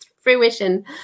fruition